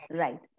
right